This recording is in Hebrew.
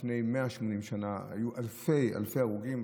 לפני 180 שנה היו אלפי אלפי הרוגים.